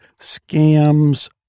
scams